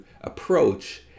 approach